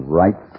right